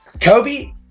Kobe